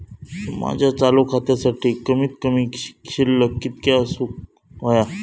माझ्या चालू खात्यासाठी कमित कमी शिल्लक कितक्या असूक होया?